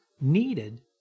needed